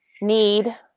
need